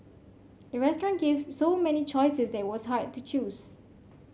the restaurant gave so many choices that was hard to choose